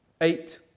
eight